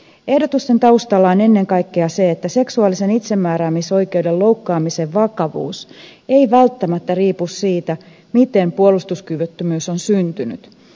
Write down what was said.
ehdotusten taustalla on ennen kaikkea se että seksuaalisen itsemääräämisoikeuden loukkaamisen vakavuus ei välttämättä riipu siitä miten puolustuskyvyttömyys on syntynyt